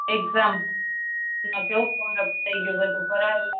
એક્ઝામમાં કેવું થઈ ગયું બધું કરાવું